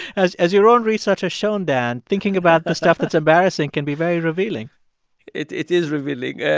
as as your own research has shown, dan, thinking about stuff that's embarrassing can be very revealing it it is revealing,